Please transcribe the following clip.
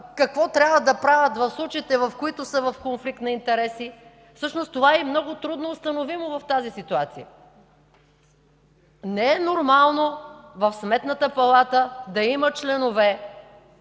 какво трябва да правят в случаите, в които са в конфликт на интереси. Всъщност това е и много трудно установимо в тази ситуация. Не е нормално в Сметната палата да има членове,